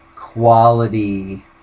quality